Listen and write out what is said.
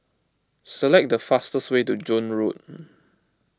select the fastest way to Joan Road